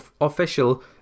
official